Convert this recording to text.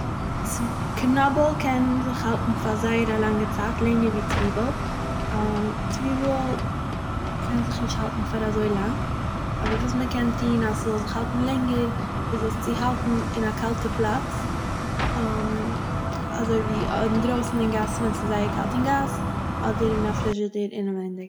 צווי קנאבל קען זיך האלטן פאר זייער א לאנגע צייט לענגער ווי צוויבל צוויבל קען זיך נישט האלטן פאר אזוי לאנג, אבער וואס מ'קען טוהן אז ס'זאל זיך האלטן לענגער, איז עס צו האלטן אין א קאלטע פלאץ, אזוי ווי אינדרויסן אין גאס ווען ס'זייער קאלט אין גאס, אדער אין א פרידשעדער אינערוויינג.